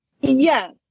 Yes